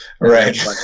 Right